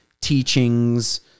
teachings